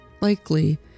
likely